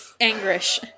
Anguish